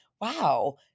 wow